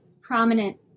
prominent